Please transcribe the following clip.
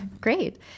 Great